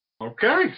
Okay